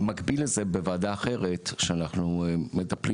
במקביל לזה בוועדה אחרת שאנחנו מטפלים